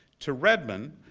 to redmond,